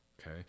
Okay